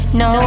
no